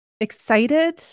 excited